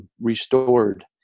restored